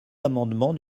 amendement